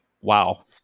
wow